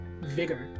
vigor